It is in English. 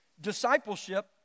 Discipleship